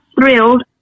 thrilled